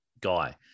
guy